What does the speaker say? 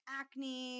acne